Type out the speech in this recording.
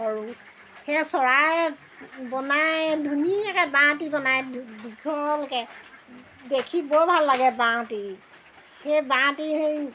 সৰু সেই চৰাই বনায় ধুনীয়াকৈ বাঁহটি বনায় দীঘলকৈ দেখি বৰ ভাল লাগে বাঁহটি সেই বাঁহটি সেই